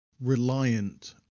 reliant